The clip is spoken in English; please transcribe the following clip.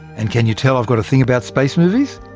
and can you tell i've got a thing about space movies?